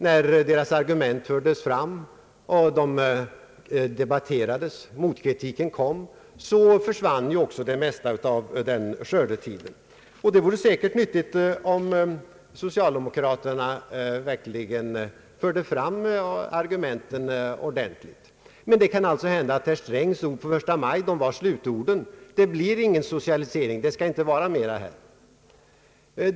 När deras argument fördes fram och debatterades motkritiken kom — försvann också det mesta av den skördetiden. Det kan alltså hända att herr Strängs ord på första maj var slutorden — det blir ingen socialisering, det skall inte vara mera här.